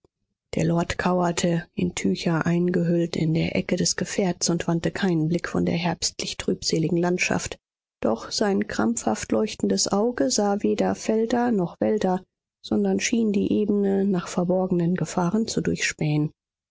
der lord kauerte in tücher eingehüllt in der ecke des gefährts und wandte keinen blick von der herbstlich trübseligen landschaft doch sein krankhaft leuchtendes auge sah weder felder noch wälder sondern schien die ebene nach verborgenen gefahren zu durchspähen